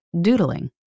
doodling